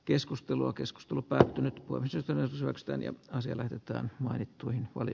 keskustelua keskustelu päätynyt kun siltanen sakstani ansiolähdetään mainittuihin oli